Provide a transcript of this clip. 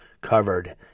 covered